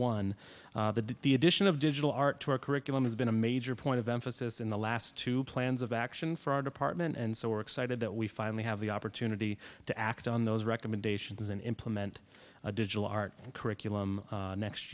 one that the addition of digital art to our curriculum has been a major point of emphasis in the last two plans of action for our department and so we're excited that we finally have the opportunity to act on those recommendations and implement a digital art curriculum next